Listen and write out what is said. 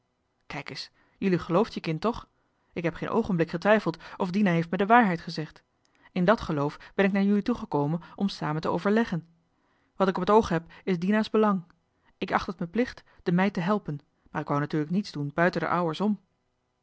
kijk es jullie gelooft je kind toch ik heb geen oogenblik getwijfeld of dina heeft me de waarheid gezegd in dat geloof ben ik naar jullie toe gekomen om samen te overleggen wat ik op t oog heb is dina's belang ik acht het me plicht de meid te helpen maar ik wou natuurlijk niets doen buiten d'er ou'ers om